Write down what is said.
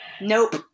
Nope